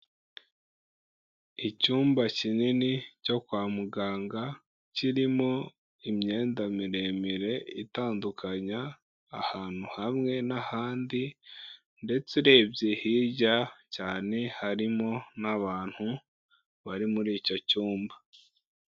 Icyumba kinini cyo kwa muganga, kirimo imyenda miremire, itandukanya ahantu hamwe n'ahandi ndetse urebye hirya cyane, harimo n'abantu bari muri icyo cyumba.